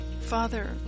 Father